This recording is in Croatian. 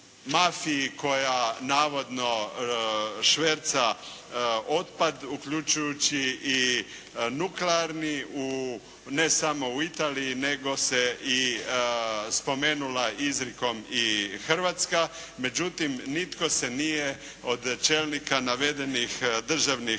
koja navodno šverca otpad uključujući i nuklearni u ne samo u Italiji nego se i spomenula izrijekom i Hrvatska. Međutim, nitko se nije od čelnika navedenih državnih